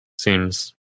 seems